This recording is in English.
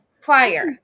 prior